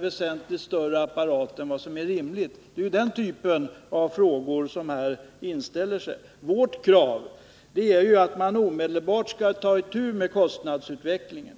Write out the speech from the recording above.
väsentligt mer än som är rimligt? Det är den typen av frågor som här inställer sig. Vi kräver att man omedelbart tar itu med kostnadsutvecklingen.